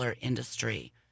industry